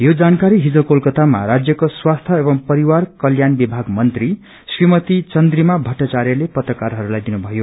यो जानकारी हिज कोलकतामा राज्यक्रो स्वास्थ्य एवं परिवार कल्योण विथाग मन्त्री श्रीमती चन्द्रिमा भट्टाचार्यले पत्रकारहरूलाई दिनुभयो